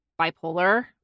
bipolar